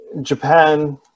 Japan